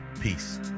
Peace